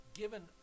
given